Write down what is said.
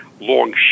long